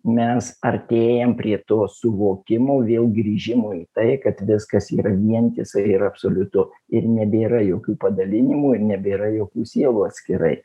mes artėjam prie to suvokimo vėl grįžimo į tai kad viskas yra vientisa ir absoliutu ir nebėra jokių padalinimų ir nebėra jokių sielų atskirai